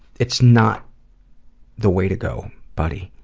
it's not the way to go, buddy.